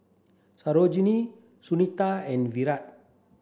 Sarojini Sunita and Virat